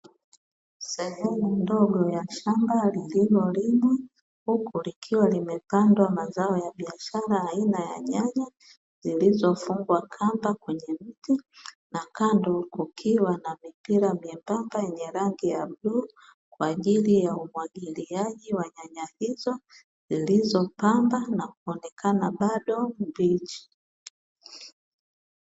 Sehemu ndogo ya shamba lililolimwa, huku likiwa limepandwa mazao ya biashara aina ya nyanya zilizofungwa kamba kwenye miti, na kando kukiwa na mipira myembamba yenye rangi ya bluu kwa ajili ya umwagiliaji wa nyanya hizo zilizopandwa na kuonekana bado mbichi.